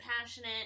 passionate